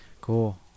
cool